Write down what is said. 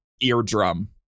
eardrum